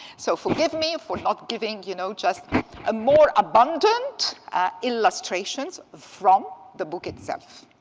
so forgive me for not giving, you know, just a more abundant illustrations from the book itself.